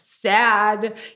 sad